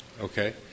Okay